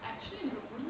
actually